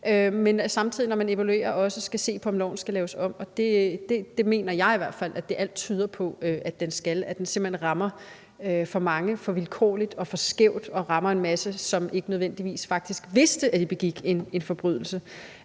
men at man, når man evaluerer, samtidig skal se på, om loven skal laves om. Det mener jeg i hvert fald at alt tyder på at den skal, altså at den simpelt hen rammer for mange, for vilkårligt og for skævt og rammer en masse, som ikke nødvendigvis vidste, at de begik en forbrydelse.